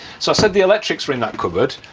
so said the electrics are in that cupboard,